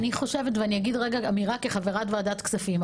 אני אגיד רגע אמירה כחברת ועדת כספים.